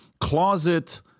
closet